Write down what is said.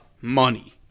money